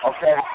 Okay